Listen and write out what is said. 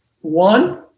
one